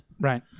Right